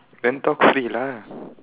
then talk free lah